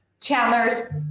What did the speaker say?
Chandler's